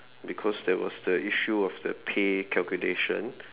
because there was the issue of the pay calculation